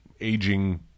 aging